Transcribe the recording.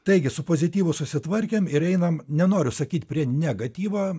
taigi su pozityvu susitvarkėm ir einam nenoriu sakyt prie negatyvo